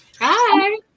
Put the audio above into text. Hi